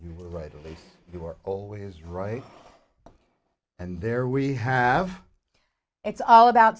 place you are always right and there we have it's all about